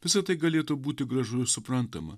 visa tai galėtų būti gražu ir suprantama